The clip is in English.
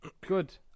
good